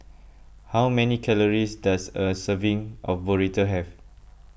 how many calories does a serving of Burrito have